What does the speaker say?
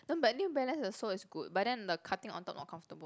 no but New Balance the sole is good but then the cutting on top not comfortable